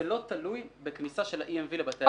זה לא תלוי בכניסה של ה-EMV לבתי העסק.